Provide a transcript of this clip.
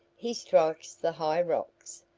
he strikes the high rocks,